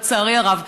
לצערי הרב,